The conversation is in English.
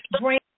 bring